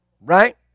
Right